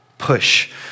push